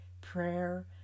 prayer